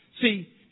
See